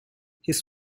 his